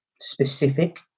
specific